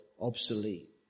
obsolete